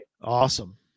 Awesome